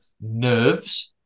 nerves